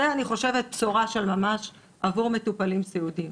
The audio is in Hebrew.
שזה אני חושבת בשורה של ממש עבור מטופלים סיעודיים.